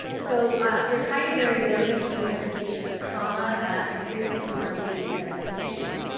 so there is higher variability in the presentation of trauma and frequent comorbidity with other conditions.